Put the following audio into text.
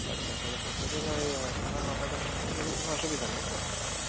আচ্ছা তাহলে পরশুদিন ওই সকাল নটা দশটার সময় গেলে কোনো অসুবিধা নেই তো